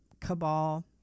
cabal